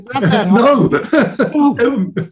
No